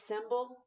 symbol